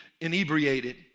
inebriated